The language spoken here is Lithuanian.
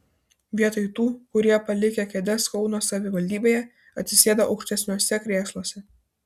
vietoj tų kurie palikę kėdes kauno savivaldybėje atsisėdo aukštesniuose krėsluose